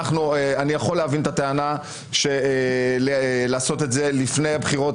אני יכול להבין את הטענה שלעשות את זה לפני הבחירות